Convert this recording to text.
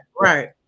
right